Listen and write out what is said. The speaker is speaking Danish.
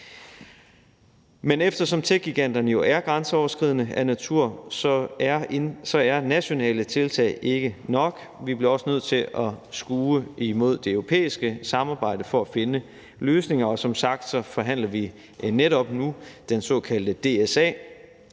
Men eftersom techgiganterne jo er grænseoverskridende af natur, er nationale tiltag ikke nok, og vi bliver også nødt til at skue imod det europæiske samarbejde for at finde løsninger, og som sagt forhandler vi netop nu den såkaldte DSA,